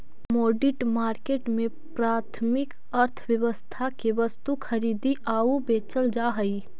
commodity market में प्राथमिक अर्थव्यवस्था के वस्तु खरीदी आऊ बेचल जा हइ